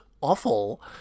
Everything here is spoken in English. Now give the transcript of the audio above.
awful